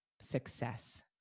success